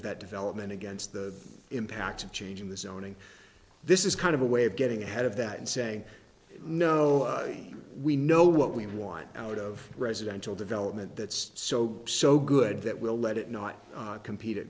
of that development against the impact of changing the zoning this is kind of a way of getting ahead of that and saying no we know what we want out of residential development that's so so good that we'll let it not compete